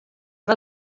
del